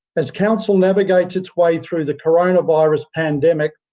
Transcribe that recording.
as council navigates its way through the coronavirus pandemic,